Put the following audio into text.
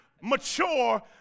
mature